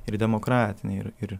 ir demokratinė ir ir